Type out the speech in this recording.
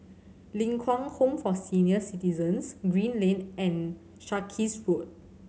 Ling Kwang Home for Senior Citizens Green Lane and Sarkies Road